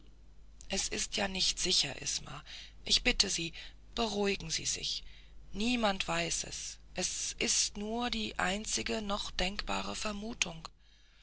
es ist ja nicht sicher isma ich bitte sie beruhigen sie sich niemand weiß es es ist nur die einzige noch denkbare vermutung